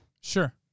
Sure